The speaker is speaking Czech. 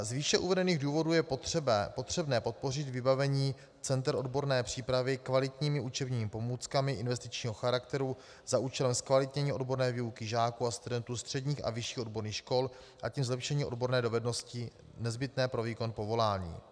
Z výše uvedených důvodů je potřebné podpořit vybavení center odborné přípravy kvalitními učebními pomůckami investičního charakteru za účelem zkvalitnění odborné výuky žáků a studentů středních a vyšších odborných škol, a tím zlepšení odborné dovednosti nezbytné pro výkon povolání.